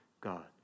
god